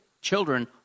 children